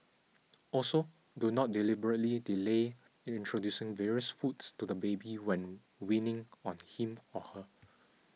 also do not deliberately delay introducing various foods to the baby when weaning on him or her